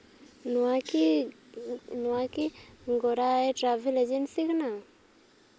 ᱱᱚᱣᱟ ᱠᱤ ᱱᱚᱣᱟ ᱠᱤ ᱜᱚᱨᱟᱭ ᱴᱨᱟᱵᱷᱮᱞ ᱮᱡᱮᱱᱥᱤ ᱠᱟᱱᱟ